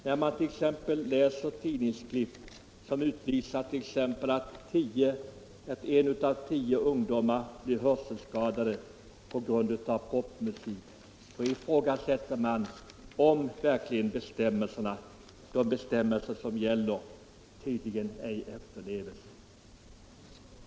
När man t.ex. läser i tidningarna att en av tio ungdomar blir hörselskadad av popmusik ifrågasätter man om de bestämmelser som gäller verkligen efterlevs.